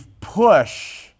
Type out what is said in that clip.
push